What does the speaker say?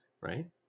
Right